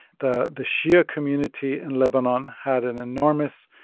the the shia community in lebanon had an enormous,